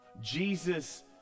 jesus